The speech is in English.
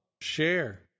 share